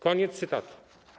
Koniec cytatu.